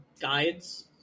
guides